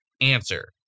answer